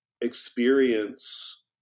experience